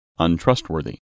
untrustworthy